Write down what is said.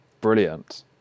Brilliant